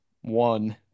one